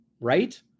Right